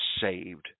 Saved